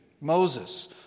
Moses